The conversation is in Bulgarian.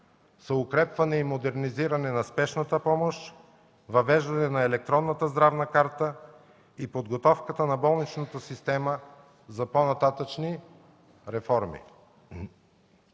укрепване и модернизиране на Спешната помощ, въвеждане на електронната здравна карта и подготовката на болничната система за по-нататъшни реформи.